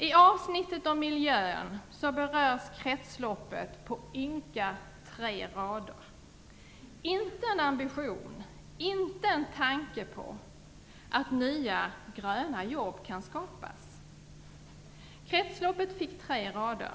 I avsnittet om miljön berörs kretsloppet på ynka tre rader. Inte en ambition, inte en tanke på att nya gröna jobb kan skapas kan man skönja. Kretsloppet fick tre rader.